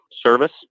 service